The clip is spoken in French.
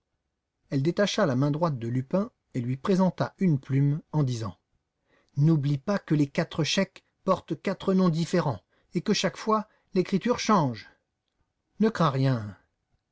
elle détacha la main droite de lupin et lui présenta une plume en disant n'oublie pas que les quatre chèques portent quatre noms différents et que chaque fois l'écriture change ne crains rien